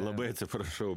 labai atsiprašau